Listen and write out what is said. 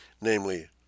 namely